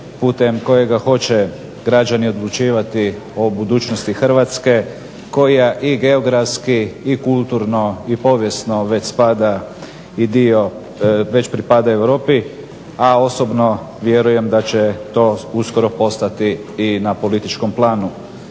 putem kojega hoće građani odlučivati o budućnosti Hrvatske koja i geografski i kulturno i povijesno već spada i dio već pripada Europi, a osobno vjerujem da će to uskoro postati i na političkom planu.